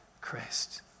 Christ